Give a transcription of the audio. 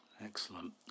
Excellent